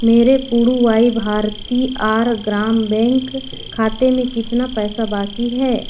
मेरे Puduvai Bharathiar Grama bank खाते में कितना पैसा बाकी है